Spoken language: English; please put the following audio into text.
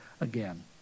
again